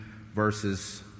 verses